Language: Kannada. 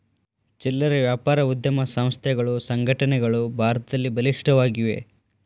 ಚಿಲ್ಲರೆ ವ್ಯಾಪಾರ ಉದ್ಯಮ ಸಂಸ್ಥೆಗಳು ಸಂಘಟನೆಗಳು ಭಾರತದಲ್ಲಿ ಬಲಿಷ್ಠವಾಗಿವೆ